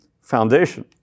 foundation